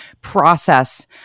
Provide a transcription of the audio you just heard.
process